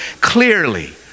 clearly